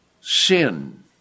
sin